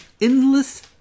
Endless